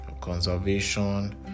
conservation